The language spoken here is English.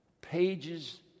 pages